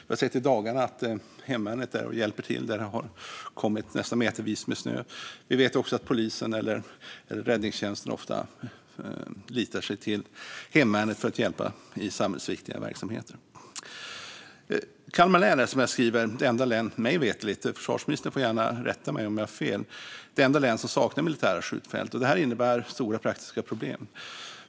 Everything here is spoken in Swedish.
I dagarna har vi sett att hemvärnet är med och hjälper till där det har kommit nästan metervis med snö. Vi vet också att polisen och räddningstjänsten ofta förlitar sig på hemvärnet för att hjälpa samhällsviktiga verksamheter. Kalmar län är, som jag skriver, mig veterligt - försvarsministern får gärna rätta mig om jag har fel - det enda län som saknar militära skjutfält. Detta innebär stora praktiska problem.